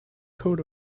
coat